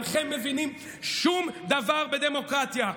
אינכם מבינים שום דבר בדמוקרטיה.